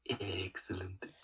Excellent